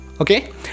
okay